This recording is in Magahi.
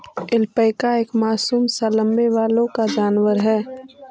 ऐल्पैका एक मासूम सा लम्बे बालों वाला जानवर है